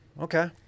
Okay